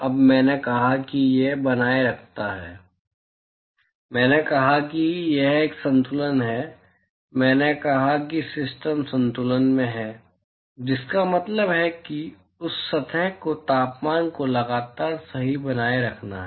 अब मैंने कहा कि यह बनाए रखता है मैंने कहा कि यह एक संतुलन है मैंने कहा कि सिस्टम संतुलन में है जिसका मतलब है कि उस सतह के तापमान को लगातार सही बनाए रखना है